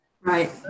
Right